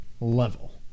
level